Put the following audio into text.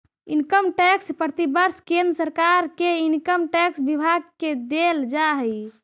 income tax प्रतिवर्ष केंद्र सरकार के इनकम टैक्स विभाग के देल जा हई